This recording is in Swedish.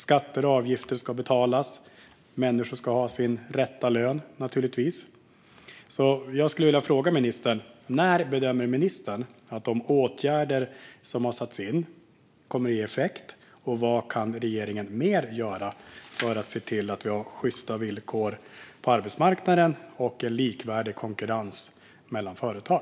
Skatter och avgifter ska betalas. Människor ska ha sin rätta lön, naturligtvis. Jag skulle vilja fråga ministern: När bedömer ministern att de åtgärder som har satts in kommer att ge effekt, och vad kan regeringen mer göra för att se till att vi har sjysta villkor på arbetsmarknaden och en likvärdig konkurrens mellan företag?